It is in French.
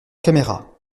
caméras